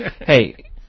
hey